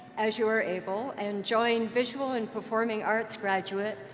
as you are able, and join visual and performing arts graduate,